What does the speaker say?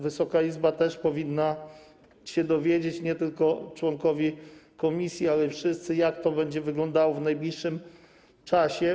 Wysoka Izba też powinna się dowiedzieć - nie tylko członkowie komisji, ale i wszyscy - jak to będzie wyglądało w najbliższym czasie.